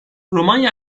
romanya